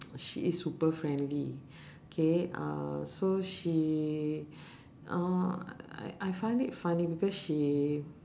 she is super friendly K uh so she uh I I find it funny because she